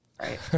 Right